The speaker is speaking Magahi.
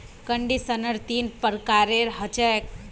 कंडीशनर तीन प्रकारेर ह छेक